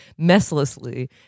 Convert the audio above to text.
messlessly